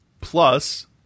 plus